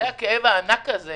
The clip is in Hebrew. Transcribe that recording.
הכאב הענק הזה